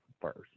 first